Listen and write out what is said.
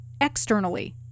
externally